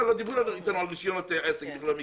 איתנו על רישיונות עסק על מקוואות.